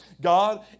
God